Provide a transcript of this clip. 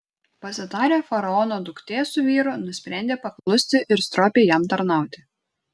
pasitarę faraono duktė su vyru nusprendė paklusti ir stropiai jam tarnauti